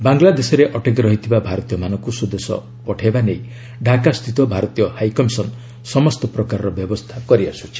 ବାଂଲାଦେଶରେ ଅଟକି ରହିଥିବା ଭାରତୀୟମାନଙ୍କୁ ସ୍ୱଦେଶ ପଠାଇବା ନେଇ ଡାକାସ୍ଥିତ ଭାରତୀୟ ହାଇ କମିଶନ୍ ସମସ୍ତ ପ୍ରକାରର ବ୍ୟବସ୍ଥା କରିଆସ୍ରଛି